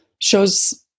shows